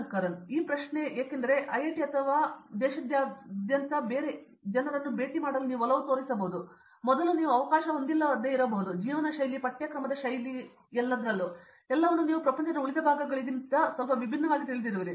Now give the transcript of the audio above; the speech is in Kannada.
ಶಂಕರನ್ ಈ ಪ್ರಶ್ನೆಯು ಏಕೆಂದರೆ ಕೇವಲ ಐಐಟಿ ಅಥವಾ ಅದನ್ನೇ ಇರುವುದರಿಂದ ನೀವು ದೇಶದಾದ್ಯಂತ ಬೇರೆ ಬೇರೆ ಜನರನ್ನು ಭೇಟಿ ಮಾಡಲು ಒಲವು ತೋರುತ್ತೀರಿ ಅದು ಮೊದಲು ನೀವು ಅವಕಾಶ ಹೊಂದಿಲ್ಲದಿರಬಹುದು ಜೀವನಶೈಲಿ ಪಠ್ಯಕ್ರಮದ ಶೈಲಿಯ ರೀತಿಯ ಎಲ್ಲವನ್ನೂ ನೀವು ಪ್ರಪಂಚದ ಉಳಿದ ಭಾಗಗಳಿಂದ ಸ್ವಲ್ಪ ವಿಭಿನ್ನವಾಗಿ ತಿಳಿದಿರುವಿರಿ